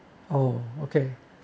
oh okay